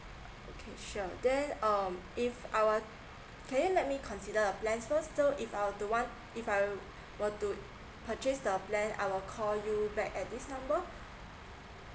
okay sure then um if I were can you let me consider a plan first so if I were to want if I were to purchase a plan I'll call you back at this number